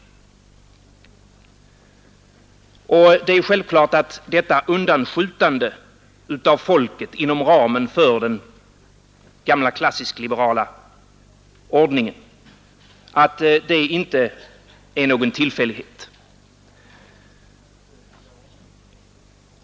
Det är självklart att detta undanskjutande av folket inom ramen för den gamla, klassiskt liberala ordningen inte är någon tillfällighet.